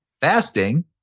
fasting